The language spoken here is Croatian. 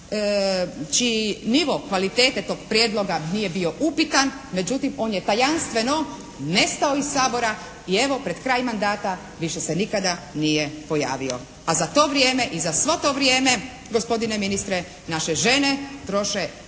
čiji nivo kvalitete tog prijedloga nije bio upitan. Međutim on je tajanstveno nestao iz Sabora i evo pred kraj mandata više se nikada nije pojavio. A za to vrijeme i za svo to vrijeme gospodine ministre naše žene troše